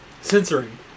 Censoring